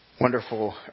wonderful